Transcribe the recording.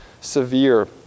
severe